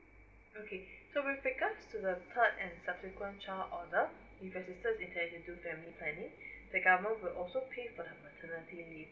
okay so with regards to the perk and subsequent child order if your sister intend to do family planning the government will also pay for the maternity leave